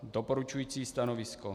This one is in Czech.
Doporučující stanovisko.